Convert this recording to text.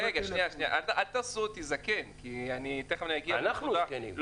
שנייה, אל תעשו אותי זקן -- אנחנו זקנים.